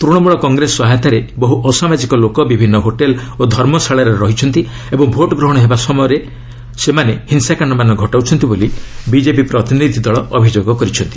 ତୂଣମୂଳ କଂଗ୍ରେସ ସହାୟତାରେ ବହୁ ଅସାମାଜିକ ଲୋକ ବିଭିନ୍ନ ହୋଟେଲ୍ ଓ ଧର୍ମଶାଳାରେ ରହିଛନ୍ତି ଓ ଭୋଟ୍ ଗ୍ରହଣ ହେବା ଅଞ୍ଚଳରେ ସେମାନେ ହିଂସାକାଣ୍ଡମାନ ଘଟାଉଛନ୍ତି ବୋଲି ବିଜେପି ପ୍ତିନିଧି ଦଳ ଅଭିଯୋଗ କରିଛନ୍ତି